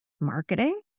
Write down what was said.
Marketing